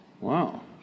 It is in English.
wow